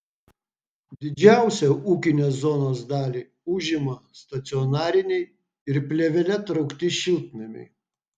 didžiausią ūkinės zonos dalį užima stacionariniai ir plėvele traukti šiltnamiai